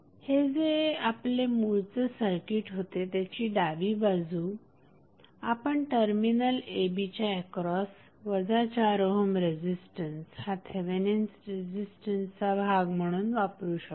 हे जे आपले मूळचे सर्किट होते त्याची डावी बाजू आपण टर्मिनल a b च्या एक्रॉस 4 ओहम रेझिस्टन्स हा थेवेनिन्स रेझिस्टन्सचा भाग म्हणून वापरू शकतो